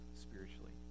spiritually